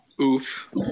Oof